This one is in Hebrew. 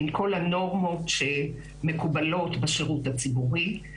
עם כל הנורמות שמקובלות בשירות הציבורי.